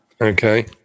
Okay